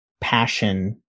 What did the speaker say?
passion